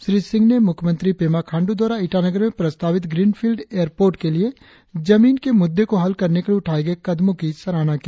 श्री सिंह ने मुख्यमंत्री पेमा खाण्डू द्वारा ईटानगर में प्रस्तावित ग्रीनफील्ड एयर पोर्ट के लिए जमीन के मुद्दे को हल करने के लिए उठाए गए कदमों की सराहना की